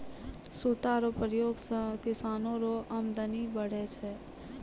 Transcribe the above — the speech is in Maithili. सूता रो प्रयोग से किसानो रो अमदनी बढ़ै छै